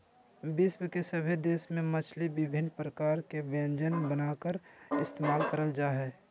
विश्व के सभे देश में मछली विभिन्न प्रकार के व्यंजन बनाकर इस्तेमाल करल जा हइ